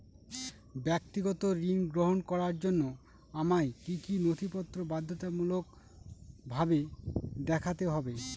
ব্যক্তিগত ঋণ গ্রহণ করার জন্য আমায় কি কী নথিপত্র বাধ্যতামূলকভাবে দেখাতে হবে?